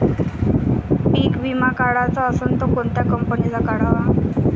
पीक विमा काढाचा असन त कोनत्या कंपनीचा काढाव?